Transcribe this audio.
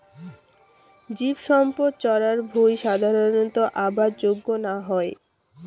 জীবসম্পদ চরার ভুঁই সাধারণত আবাদ যোগ্য না হই